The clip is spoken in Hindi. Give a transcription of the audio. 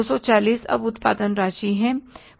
240 अब उत्पादन राशि है